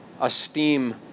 esteem